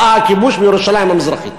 הלאה הכיבוש וירושלים המזרחית.